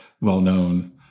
well-known